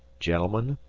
gentlemen,